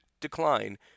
decline